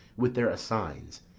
with their assigns,